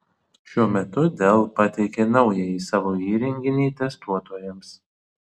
šiuo metu dell pateikė naująjį savo įrenginį testuotojams